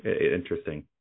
interesting